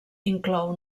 inclou